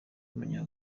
w’umunya